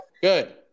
Good